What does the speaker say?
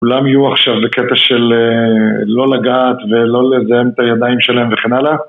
כולם יהיו עכשיו בקטע של לא לגעת ולא לזהם את הידיים שלהם וכן הלאה?